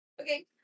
Okay